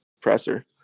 presser